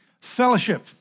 fellowship